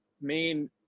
main